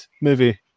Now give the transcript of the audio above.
movie